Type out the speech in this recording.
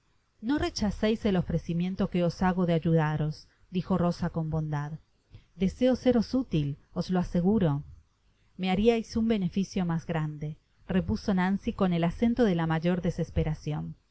no rechazeis el ofrecimiento que os hago de ayudaros dijo rosa con bondad deseo seros útil os lo aseguro r me hariais un beneficio mas grande repuso nancy con el acento de la mayor desesperacion